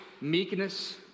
meekness